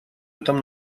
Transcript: этом